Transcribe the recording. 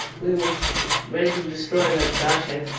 we was ready to destroy that bough shed.